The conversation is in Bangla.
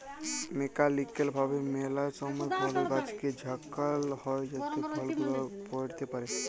মেকালিক্যাল ভাবে ম্যালা সময় ফলের গাছকে ঝাঁকাল হই যাতে ফল গুলা পইড়তে পারে